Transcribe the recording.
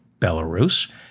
Belarus